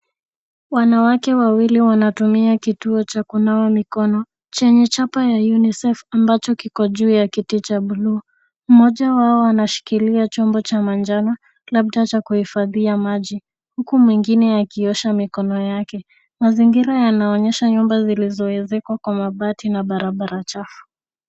Wanawake wawili wanatumia kituo cha kunawa mikono chenye chombo cha Unicef ambacho kiko juu ya kiti cha bluu. Mmoja wao anashikilia chumba cha manjano labda cha kuhifadhia maji, huku mwingine akiosha mikono yake. Mazingira yanaonyesha nyumba zilizoezekwa kwa mabati na barabara chafu.